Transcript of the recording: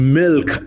milk